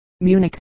Munich